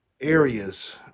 areas